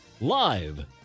live